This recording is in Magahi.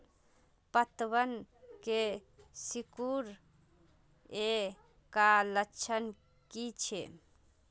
पतबन के सिकुड़ ऐ का लक्षण कीछै?